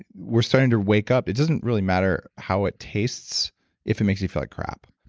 we're starting to wake up. it doesn't really matter how it tastes if it makes you feel like crap.